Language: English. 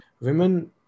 Women